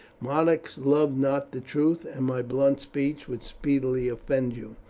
monarchs love not the truth, and my blunt speech would speedily offend you.